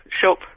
shop